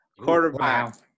quarterback